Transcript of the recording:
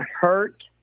hurt